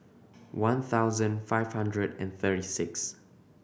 one thousand five hundred and thirty six